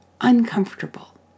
uncomfortable